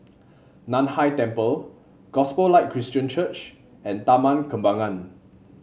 Nan Hai Temple Gospel Light Christian Church and Taman Kembangan